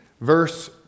verse